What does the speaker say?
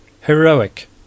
heroic